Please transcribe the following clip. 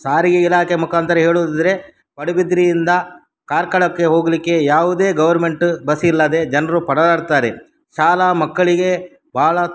ಸಾರಿಗೆ ಇಲಾಖೆ ಮುಖಾಂತರ ಹೇಳುವುದಿದ್ದರೆ ಪಡುಬಿದ್ರೆಯಿಂದ ಕಾರ್ಕಳಕ್ಕೆ ಹೋಗಲಿಕ್ಕೆ ಯಾವುದೇ ಗೌರ್ಮೆಂಟು ಬಸ್ ಇಲ್ಲದೆ ಜನರು ಪರದಾಡ್ತಾರೆ ಶಾಲಾ ಮಕ್ಕಳಿಗೆ ಭಾಳ